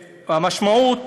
המשמעות: